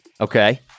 Okay